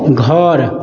घर